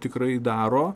tikrai daro